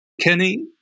Kenny